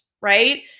Right